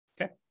Okay